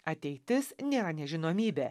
ateitis nėra nežinomybė